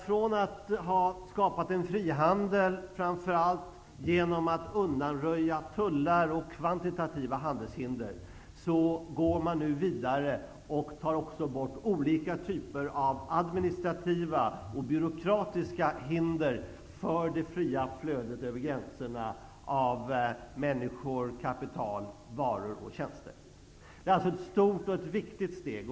Från att ha skapat en frihandel, framför allt genom att undanröja tullar och kvantitativa handelshinder, går man nu vidare och tar bort olika typer av administrativa och byråkratiska hinder för det fria flödet av människor, kapital, varor och tjänster över gränserna. Det är ett stort och viktigt steg.